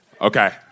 okay